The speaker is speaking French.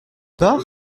pars